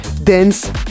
Dance